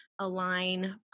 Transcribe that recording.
align